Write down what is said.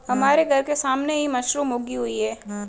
हमारे घर के सामने ही मशरूम उगी हुई है